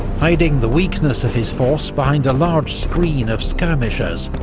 hiding the weakness of his force behind a large screen of skirmishers,